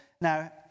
Now